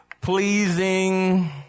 pleasing